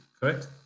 correct